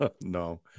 No